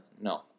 No